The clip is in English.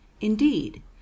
Indeed